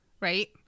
right